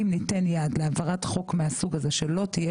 אם ניתן יד להעברת חוק מהסוג הזה שלא תהיה